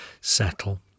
settle